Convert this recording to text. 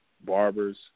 barbers